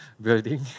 building